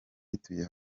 yituye